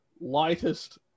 lightest